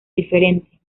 diferente